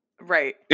right